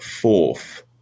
fourth